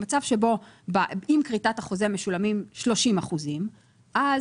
במצב שבו עם כריתת החוזה משולמים 30% אז